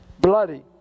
Bloody